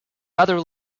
rather